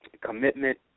commitment